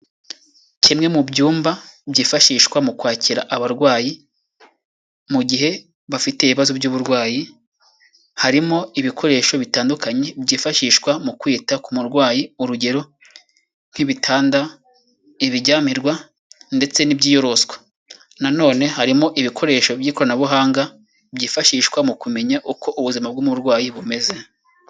Kimwe mubyumba byifashishwa mu kwakira abarwayi mu gihe bafite ibibazo by'uburwayi, harimo ibikoresho bitandukanye byifashishwa mu kwita ku murwayi, urugero nk'ibitanda, ibiryamirwa ndetse n'ibyiyoroswa. Nanone harimo ibikoresho by'ikoranabuhanga byifashishwa mu kumenya uko ubuzima bw'umurwayi bumeze.